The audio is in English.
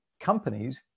companies